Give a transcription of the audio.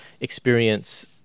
experience